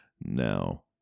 Now